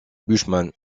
bushman